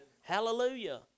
Hallelujah